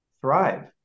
Thrive